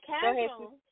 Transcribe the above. casual